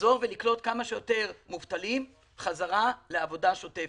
לחזור ולקלוט כמה שיותר מובטלים חזרה לעבודה שוטפת.